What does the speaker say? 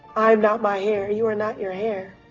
i am not my hair you are not your hair.